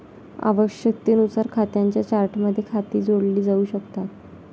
आवश्यकतेनुसार खात्यांच्या चार्टमध्ये खाती जोडली जाऊ शकतात